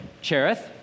Cherith